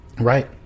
Right